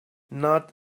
not